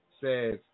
says